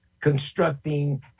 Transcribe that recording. constructing